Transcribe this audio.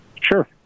Sure